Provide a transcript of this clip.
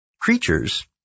creatures